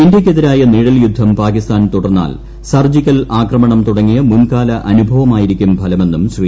ഇന്ത്യയ്ക്കെതിരായ നിഴൽയുദ്ധം പാകിസ്ഥാൻ തുടർന്നാൽ സർജിക്കൽ ആക്രമണം തുടങ്ങിയ മുൻകാല അനുഭവമായിരിക്കും ഫലമെന്നും ശ്രീ